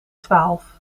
twaalf